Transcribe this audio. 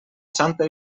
santa